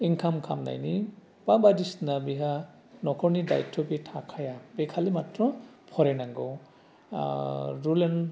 income खालामनायनि बा बादिसिना बेहा नखरनि दायथ' बे थाखाया बे खालि माथ्र फरायनांगौ रुल एन